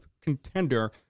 contender